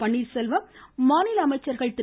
பன்னீர்செல்வம் மாநில அமமைச்சர்கள் திரு